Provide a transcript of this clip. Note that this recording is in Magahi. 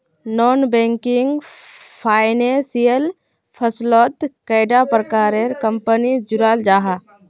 नॉन बैंकिंग फाइनेंशियल फसलोत कैडा प्रकारेर कंपनी जुराल जाहा?